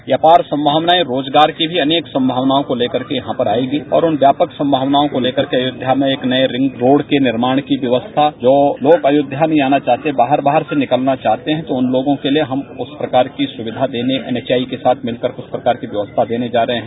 ये अपार संभावनाएं रोजगार की भी अनेक संभावनाओं को ले करके यहां पर आई हई और उन व्यापक संभावनाओं को लेकरके अयोध्या में एक नये रिंग रोड के निर्माण की व्यवस्था जो लोग अयोध्या नहीं आना चाहते बाहर बाहर से निकलना चाहते हैं तो उन लोगों के लिए हम उस प्रकार की सुविधा देने एनएचएआई के साथ मिलकर उस प्रकार की व्यवस्था देने जा रहे हैं